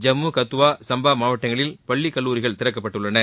ஜம்மு கத்துவா சம்பா மாவட்டங்களில் பள்ளி கல்லூரிகள் திறக்கப்பட்டுள்ளன